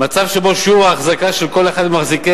מצב שבו שיעור ההחזקה של כל אחד ממחזיקי